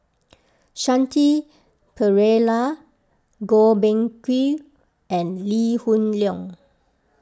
Shanti Pereira Goh Beng Kwan and Lee Hoon Leong